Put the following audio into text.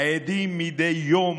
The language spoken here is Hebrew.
עדים מדי יום,